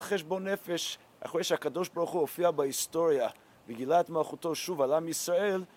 חשבון נפש אחרי שהקדוש ברוך הוא הופיע בהיסטוריה וגילה את מלכותו שוב על עם ישראל